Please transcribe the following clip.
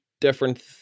different